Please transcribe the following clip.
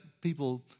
people